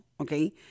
okay